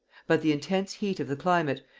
but the intense heat of the climate,